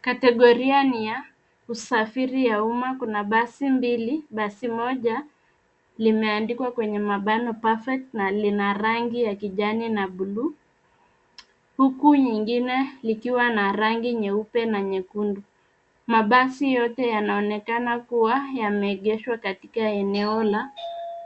Kategoria ni ya usafiri ya umma. Kuna basi mbili. Basi moja limeandikwa kwenye mabano perfect na lina rangi ya kijani na buluu. Huku nyingine likiwa na rangi nyeupe na nyekundu. Mabasi yote yanaonekana kuwa yameegeshwa katika eneo la